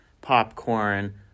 popcorn